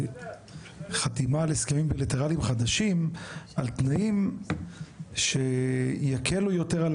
לחתימה על הסכמים בילטרליים דגשים על תנאים שיקלו יותר על